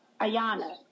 Ayana